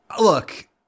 Look